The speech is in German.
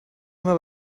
immer